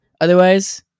Otherwise